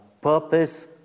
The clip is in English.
purpose